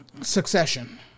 Succession